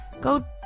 go